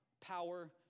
power